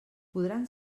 podran